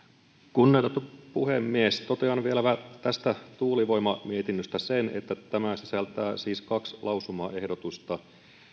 kunnioitettu puhemies totean vielä tuulivoimamietinnöstä sen että tämä sisältää siis kaksi lausumaehdotusta